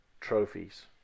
trophies